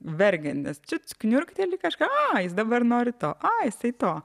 verkiant nes čiut niurkteli kažką a jis dabar nori to a jiasi to